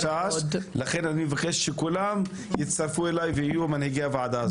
יש לי חשש ולכן אני מבקש שכולם יצטרפו אלי ויהיו מנהיגי הוועדה הזאת.